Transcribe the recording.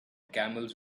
camels